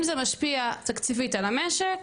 אם זה משפיע תקציבית על המשק,